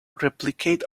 replicate